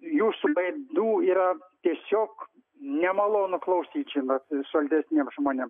jūsų laidų yra tiesiog nemalonu klausyti žinot solidesniem žmonėm